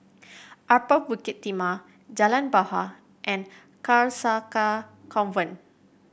Upper Bukit Timah Jalan Bahar and Carcasa Convent